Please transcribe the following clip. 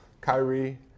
Kyrie